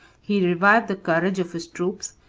he revived the courage of his troops,